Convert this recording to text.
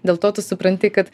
dėl to tu supranti kad